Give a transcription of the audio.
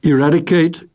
Eradicate